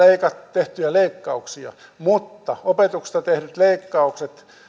tehtyjä leikkauksia mutta opetuksesta tehdyt leikkaukset